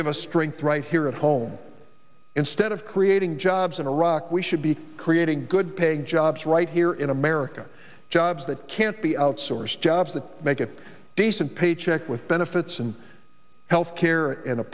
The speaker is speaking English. give us strength right here at home instead of creating jobs in iraq we should be creating good paying jobs right here in america jobs that can't be outsourced jobs that make a decent paycheck with benefits and health care and a